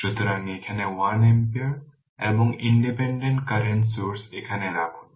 সুতরাং এখানে 1 ampere এবং ইনডিপেন্ডেন্ট কারেন্ট সোর্স এখানে রাখুন